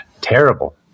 Terrible